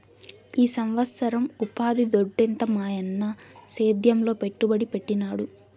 ఈ సంవత్సరం ఉపాధి దొడ్డెంత మాయన్న సేద్యంలో పెట్టుబడి పెట్టినాడు